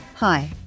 Hi